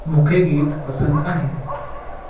मूंखे गीत पसंदि आहिनि